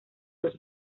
los